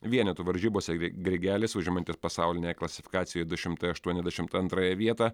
vienetų varžybose grigelis užimantis pasaulinėje klasifikacijoj du šimtai aštuoniasdešimt antrąją vietą